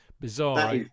bizarre